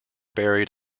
buried